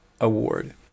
Award